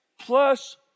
plus